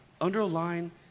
underline